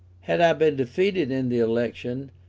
had i been defeated in the election,